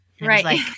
Right